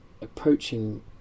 approaching